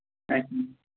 اَدٕ کیٛاہ